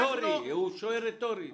אנחנו